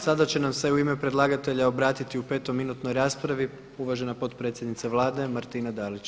Sada će nam se u ime predlagatelja obratiti u petominutnoj raspravi uvažena potpredsjednica Vlade Martina Dalić.